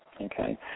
Okay